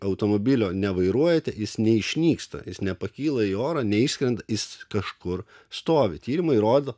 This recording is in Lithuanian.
automobilio nevairuojate jis neišnyksta jis nepakyla į orą neišskrenda jis kažkur stovi tyrimai rodo